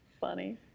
funny